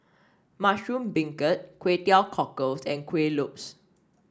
Mushroom Beancurd Kway Teow Cockles and Kuih Lopes